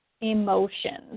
emotions